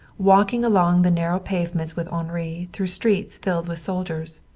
walking along the narrow pavements with henri, through streets filled with soldiers.